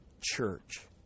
church